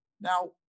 Now